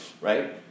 right